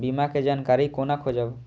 बीमा के जानकारी कोना खोजब?